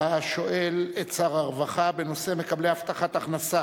השואל את שר הרווחה בנושא: מקבלי הבטחת הכנסה